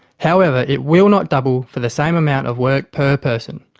however, it will not double for the same amount of work per person,